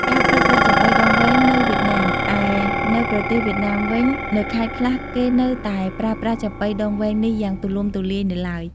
ការប្រើប្រាស់ចាប៉ីដងវែងនៅវៀតណាម ឯនៅប្រទេសវៀតណាមវិញ នៅខេត្តខ្លះគេនៅតែប្រើប្រាស់ចាប៉ីដងវែងនេះយ៉ាងទូលំទូលាយនៅឡើយ។